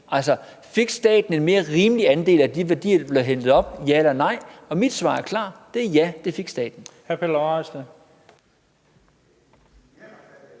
Altså, fik staten en mere rimelig andel af de værdier, der blev hentet op – ja eller nej? Og mit svar er klart: Ja, det fik staten.